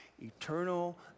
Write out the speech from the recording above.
Eternal